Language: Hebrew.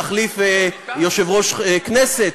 להחליף יושב-ראש הכנסת,